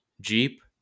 Jeep